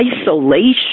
isolation